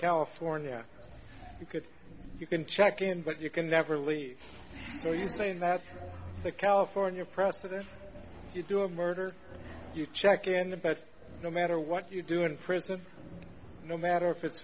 california you could you can check in but you can never leave so you saying that's the california process you do of murder you check in the best no matter what you do in prison no matter if it's